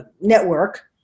network